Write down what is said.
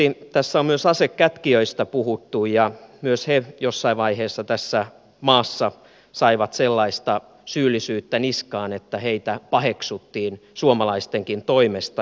tässä on myös asekätkijöistä puhuttu ja myös he jossain vaiheessa tässä maassa saivat sellaista syyllisyyttä niskaan että heitä paheksuttiin suomalaistenkin toimesta